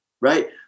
right